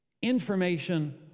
Information